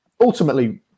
ultimately